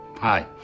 Hi